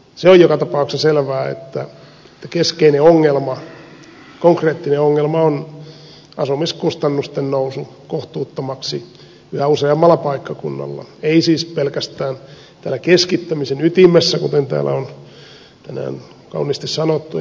se on joka tapauksessa selvää että keskeinen konkreettinen ongelma on asumiskustannusten nousu kohtuuttomaksi yhä useammalla paikkakunnalla ei siis pelkästään täällä keskittämisen ytimessä kuten täällä on tänään kauniisti sanottu eli helsingissä